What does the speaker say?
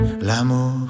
L'amour